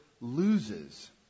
loses